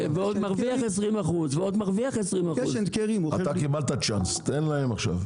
ועוד מרוויח 20%. אתה קיבלת צ'אנס, תן להם עכשיו.